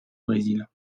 brésil